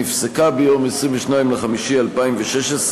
נפסקה ביום 22 במאי 2016,